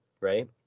right